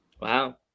Wow